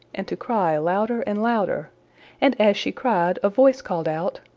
and to cry louder and louder and, as she cried, a voice called out,